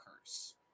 curse